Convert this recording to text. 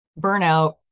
burnout